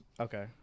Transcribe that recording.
Okay